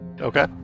Okay